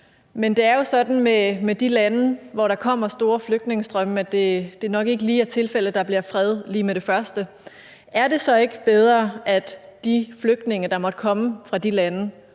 men det er jo sådan med de lande, hvorfra der kommer store flygtningestrømme, at det nok ikke lige er tilfældet, at der bliver fred lige med det første. Er det så ikke bedre, at de flygtninge, der måtte komme fra de lande